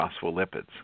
phospholipids